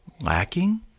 lacking